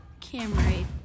Camry